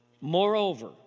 Moreover